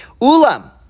Ulam